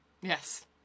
Yes